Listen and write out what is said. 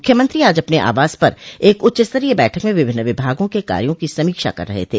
मुख्यमंत्री आज अपने आवास पर एक उच्चस्तरीय बैठक में विभिन्न विभागों के कार्यों की समीक्षा कर रहे थे